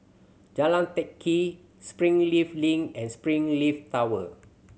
Jalan Teck Kee Springleaf Link and Springleaf Tower